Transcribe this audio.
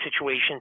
situation